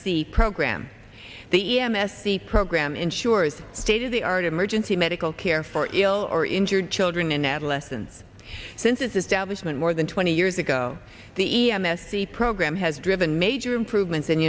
c program the m s c program ensures state of the art emergency medical care for ill or injured children in adolescence since its establishment more than twenty years ago the m s e program has driven major improvements in